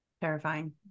Terrifying